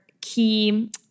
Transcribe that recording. key